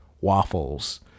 waffles